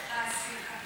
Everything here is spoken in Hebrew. לא,